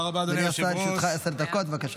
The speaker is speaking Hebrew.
אדוני השר, לרשותך עשר דקות, בבקשה.